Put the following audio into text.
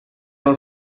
were